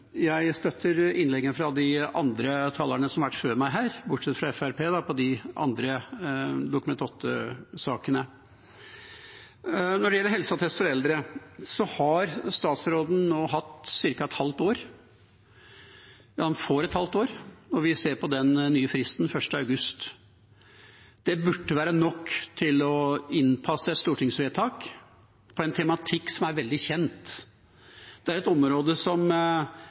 Jeg støtter innleggene fra de andre talerne som har vært på talerstolen før meg, bortsett fra Fremskrittspartiet, når det gjelder de andre Dokument 8-forslagene. Når det gjelder helseattest for eldre, har statsråden nå hatt ca. et halvt år – eller han får et halvt år, når vi ser på den nye fristen, 1. august. Det burde være nok til å innpasse et stortingsvedtak om en tematikk som er veldig kjent. Det er et område